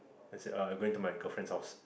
I said ah I going to my girlfriend's house